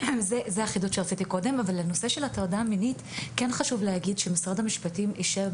לגבי הנושא של הטרדה מינית: חשוב להגיד שמשרד המשפטים אישר,